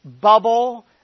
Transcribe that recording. bubble